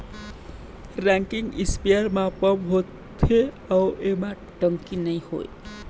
rocking sprayer म pump होथे अउ एमा टंकी नइ होवय